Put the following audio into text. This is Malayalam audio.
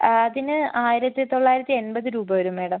അതിന് ആയിരത്തി തൊള്ളായിരത്തി എൺപത് രൂപ വരും മാഡം